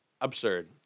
Absurd